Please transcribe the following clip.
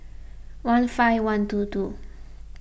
one five one two two